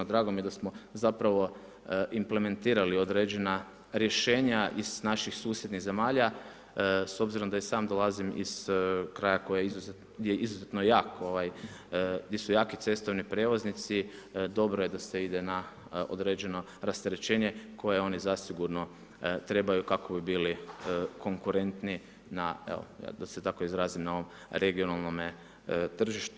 Drago mi je da smo zapravo implementirali određena rješenja iz naših susjednih zemalja s obzirom da i sam dolazim iz kraja gdje je izuzetno jak, gdje su jaki cestovni prijevoznici, dobro je da se ide na određeno rasterećenje koje oni zasigurno trebaju kako bi bili konkurentni na, evo da se tako izrazim na ovom regionalnome tržištu.